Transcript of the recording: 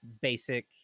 basic